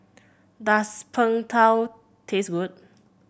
does Png Tao taste good